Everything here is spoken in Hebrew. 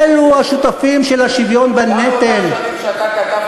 היית עסוק בלכתוב